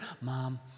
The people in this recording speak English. Mom